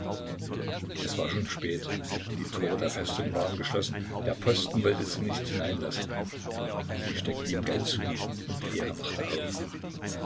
es war schon spät die tore der festung waren geschlossen der posten wollte sie nicht hereinlassen sie steckte ihm geld zu und er machte auf